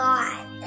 God